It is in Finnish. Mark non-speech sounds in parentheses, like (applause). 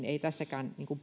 (unintelligible) ei tässäkään